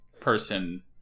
person